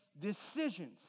decisions